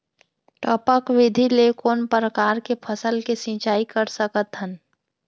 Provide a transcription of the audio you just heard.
टपक विधि ले कोन परकार के फसल के सिंचाई कर सकत हन?